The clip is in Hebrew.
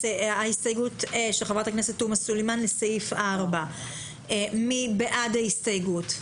ההסתייגות של חברת הכנסת תומא סלימאן לסעיף 4. מי בעד הסתייגות?